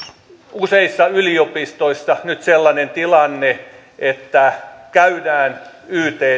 useissa yliopistoissa nyt sellainen tilanne että käydään yt